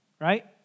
right